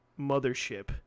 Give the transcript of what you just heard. mothership